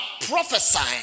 prophesying